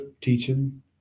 teaching